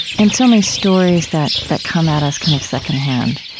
and so many stories that that come at us kind of secondhand,